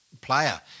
player